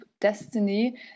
destiny